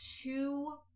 two